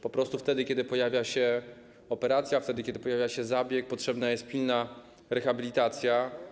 Po prostu wtedy kiedy pojawia się operacja, wtedy kiedy pojawia się zabieg, potrzebna jest pilna rehabilitacja.